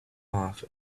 off